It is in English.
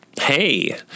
Hey